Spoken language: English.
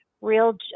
real